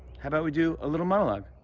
how about we do a little monologue?